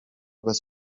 bez